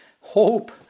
hope